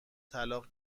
طلاق